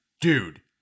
dude